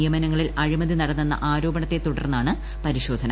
നിയമനങ്ങളിൽ അഴിമതി നടന്നെന്ന ആരോപണത്തെ തുടർന്നാണ് പരിശോധന